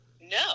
No